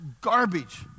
garbage